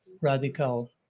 Radical